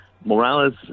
Morales